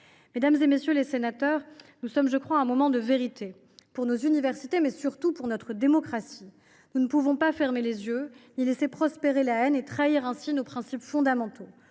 Mesdames, messieurs les sénateurs, nous sommes à un moment de vérité pour nos universités, mais surtout pour notre démocratie. Nous ne pouvons pas fermer les yeux, laisser prospérer la haine et trahir nos principes fondamentaux.